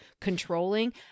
controlling